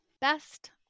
Best